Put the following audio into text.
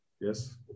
Yes